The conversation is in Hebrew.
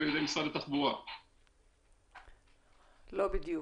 לא בדיוק.